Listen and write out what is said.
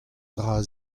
dra